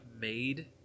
made